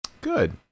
good